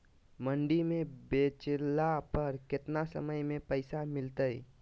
मंडी में बेचला पर कितना समय में पैसा मिलतैय?